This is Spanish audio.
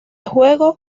juego